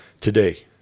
today